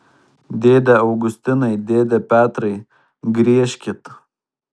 dėde augustinai dėde petrai griežkit